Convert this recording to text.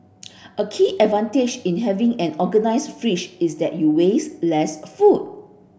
a key advantage in having an organised fridge is that you waste less food